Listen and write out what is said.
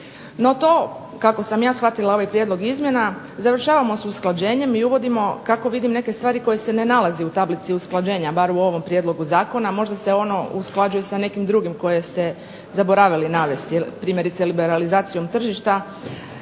NO, to kako sam ja shvatila ovaj Prijedlog izmjena završavamo s usklađenjem i uvodimo kako vidim neke stvari koje se ne nalaze u tablici usklađenja, bar u ovom prijedlogu zakona, možda se on usklađuje sa nekim drugim koje ste zaboravili navesti, primjerice liberalizacijom tržišta